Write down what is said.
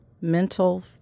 mental